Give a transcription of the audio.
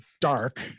Dark